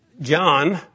John